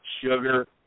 Sugar